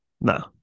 No